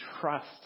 trust